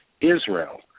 Israel